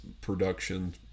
production